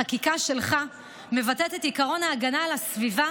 החקיקה שלך מבטאת את עקרון ההגנה על הסביבה